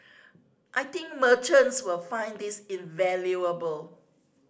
I think merchants will find this invaluable